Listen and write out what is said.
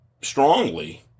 strongly